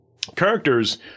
Characters